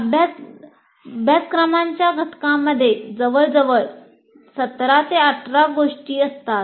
अभ्यासक्रमाच्या घटकांमधे जवळजवळ 17 18 गोष्टी असतात